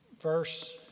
verse